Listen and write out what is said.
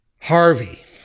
Harvey